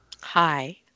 Hi